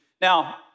Now